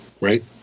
right